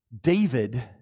David